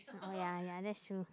oh ya ya that's true